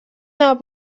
now